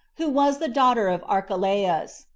who was the daughter of archelaus,